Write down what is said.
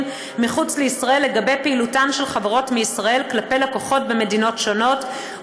מחוץ לישראל על פעילותן של חברות מישראל כלפי לקוחות במדינות שונות,